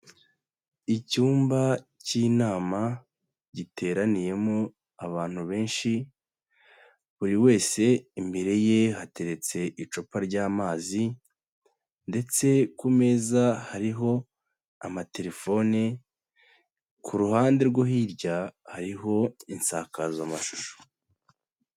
Icyumba cy'inama giteraniyemo abantu benshi, buri wese imbere ye hateretse icupa ry'amazi ndetse ku meza hariho amatelefone, ku ruhande rwo hirya hariho insakazamashusho.